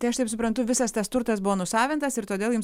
tai aš taip suprantu visas tas turtas buvo nusavintas ir todėl jums